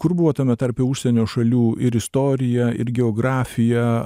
kur buvo tame tarpe užsienio šalių ir istoriją ir geografija